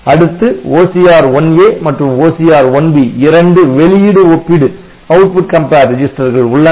அடுத்து OCR1A மற்றும் OCR1B இரண்டு வெளியீடு ஒப்பிடு ரெஜிஸ்டர்கள் உள்ளன